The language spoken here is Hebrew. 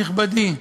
נכבדי,